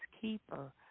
Keeper